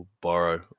borrow